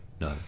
No